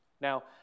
Now